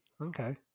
Okay